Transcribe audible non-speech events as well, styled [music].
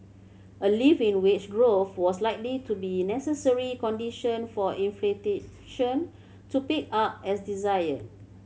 a lift in wage growth was likely to be a necessary condition for [unintelligible] to pick up as desired